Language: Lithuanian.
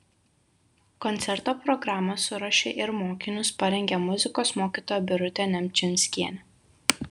koncerto programą suruošė ir mokinius parengė muzikos mokytoja birutė nemčinskienė